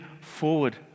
forward